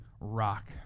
rock